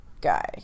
guy